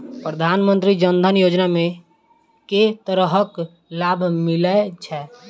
प्रधानमंत्री जनधन योजना मे केँ तरहक लाभ मिलय छै?